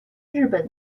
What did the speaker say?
日本